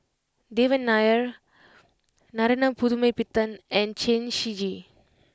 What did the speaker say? Devan Nair Narana Putumaippittan and Chen Shiji